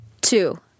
Two